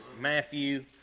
Matthew